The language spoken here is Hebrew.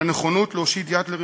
על הנכונות להושיט יד לרחוקים,